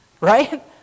right